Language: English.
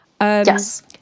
Yes